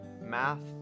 Math